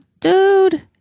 dude